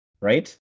right